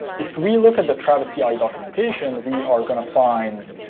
if we look at the travis ci documentation, we are going to find